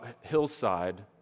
hillside